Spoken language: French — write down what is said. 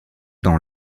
dans